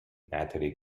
natalie